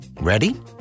Ready